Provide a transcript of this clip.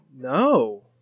No